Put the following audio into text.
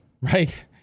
right